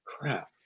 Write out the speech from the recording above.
crap